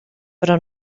però